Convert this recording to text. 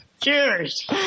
Cheers